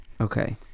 Okay